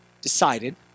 decided